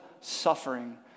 suffering